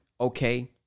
okay